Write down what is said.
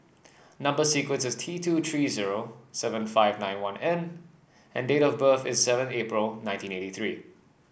number sequence is T two three zero seven five nine one N and date of birth is seven April nineteen eighty three